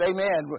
Amen